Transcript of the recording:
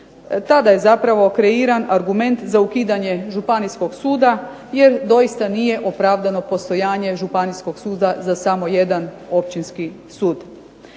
Tada je zapravo kreiran argument za ukidanje Županijskog suda jer doista nije opravdano postojanje Županijskog suda za samo jedan Općinski sud.